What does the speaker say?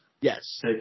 Yes